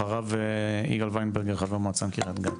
אחריו יגאל וינברגר חבר מועצה מקרית גת.